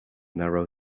narrow